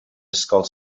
ysgol